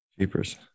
Cheapers